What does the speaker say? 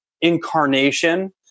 incarnation